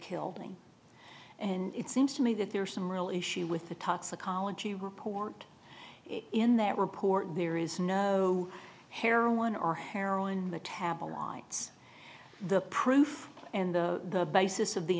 killed him and it seems to me that there's some real issue with the toxicology report in that report there is no heroin or heroin metabolites the proof and the basis of the